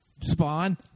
Spawn